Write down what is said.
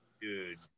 Dude